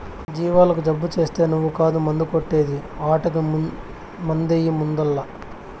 జీవాలకు జబ్బు చేస్తే నువ్వు కాదు మందు కొట్టే ది ఆటకి మందెయ్యి ముందల్ల